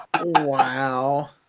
Wow